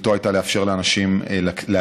שתכליתו הייתה לאפשר לאנשים להגיע.